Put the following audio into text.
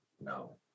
No